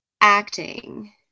acting